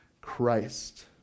Christ